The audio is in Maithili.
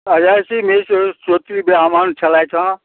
अयाची मिश्र श्रोत्रिय ब्राह्मण छलथि हँ